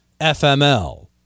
FML